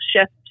shift